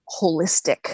holistic